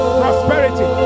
prosperity